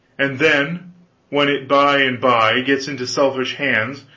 and then when it by and by gets into selfish hands,